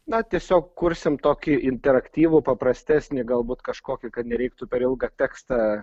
na tiesiog kursim tokį interaktyvų paprastesnį galbūt kažkokį kad nereiktų per ilgą tekstą